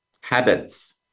habits